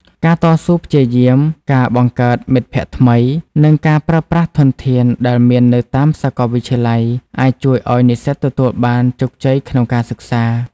ការតស៊ូព្យាយាម ការបង្កើតមិត្តភក្តិថ្មី និងការប្រើប្រាស់ធនធានដែលមាននៅតាមសាកលវិទ្យាល័យ អាចជួយឲ្យនិស្សិតទទួលបានជោគជ័យក្នុងការសិក្សា។